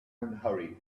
unhurried